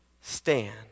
stand